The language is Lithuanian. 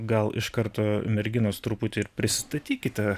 gal iš karto merginos truputį ir pristatykite